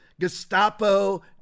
Gestapo